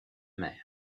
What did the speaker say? mer